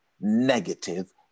negative